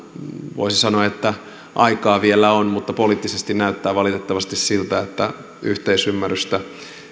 voisi sanoa että aikaa vielä on mutta poliittisesti näyttää valitettavasti siltä että yhteisymmärrystä